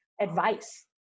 advice